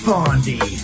Fondy